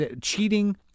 Cheating